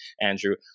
Andrew